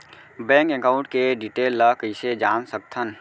Bank account के detail ल कइसे जान सकथन?